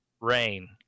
rain